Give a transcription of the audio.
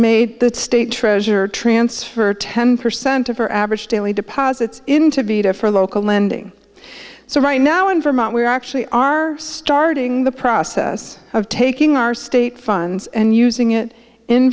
made the state treasurer transfer ten percent of our average daily deposits in to be to for local lending so right now in vermont we actually are starting the process of taking our state funds and using it in